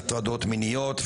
היא הטרדות מיניות,